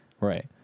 right